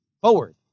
forward